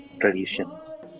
traditions